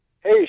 Hey